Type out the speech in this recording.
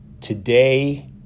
today